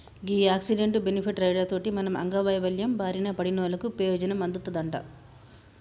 గీ accident, benefit rider తోటి మనం అంగవైవల్యం బారిన పడినోళ్ళకు పెయోజనం అందుతదంట